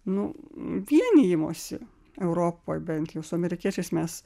nu vienijimosi europoj bent jau su amerikiečiais mes